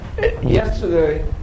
Yesterday